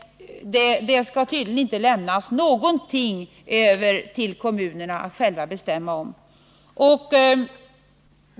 Det skall tydligen inte lämnas någonting över till kommunerna att själva bestämma om.